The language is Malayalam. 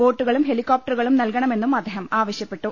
ബോട്ടുകളും ഹെലികോപ്ട റുകളും നൽകണമെന്നും അദ്ദേഹം ആവശ്യപ്പെട്ടു